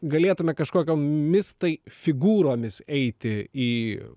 galėtume kažkokiomis tai figūromis eiti į